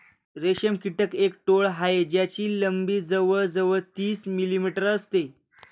रेशम कीटक एक टोळ आहे ज्याची लंबी जवळ जवळ तीस मिलीमीटर असते